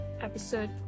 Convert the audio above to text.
episode